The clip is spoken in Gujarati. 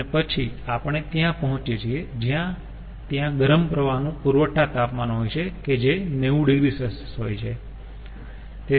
અને પછી આપણે ત્યાં પહોંચીયે છીએ જ્યાં ત્યાં ગરમ પ્રવાહ નું પુરવઠા તાપમાન હોય છે કે જે 90 oC હોય છે